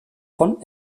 von